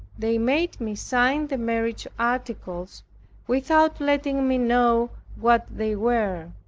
they made me sign the marriage articles without letting me know what they were.